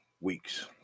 weeks